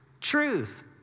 truth